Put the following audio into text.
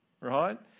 right